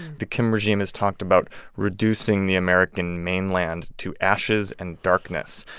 the kim regime has talked about reducing the american mainland to ashes and darkness